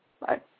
Bye